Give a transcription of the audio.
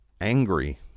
angry